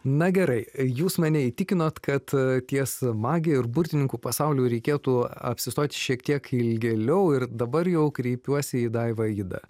na gerai jūs mane įtikinot kad ties magija ir burtininkų pasauliu reikėtų apsistoti šiek tiek ilgėliau ir dabar jau kreipiuosi į daivą idą